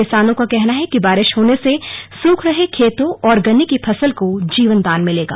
किसानों का कहना है कि बारिश होने से सूख रहे खेतों और गन्ने की फसल को जीवनदान मिलेगा